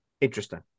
Interesting